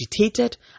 agitated